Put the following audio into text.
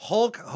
Hulk